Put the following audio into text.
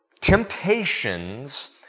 Temptations